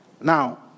Now